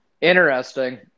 Interesting